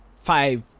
five